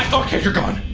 okay. you're gone.